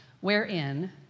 wherein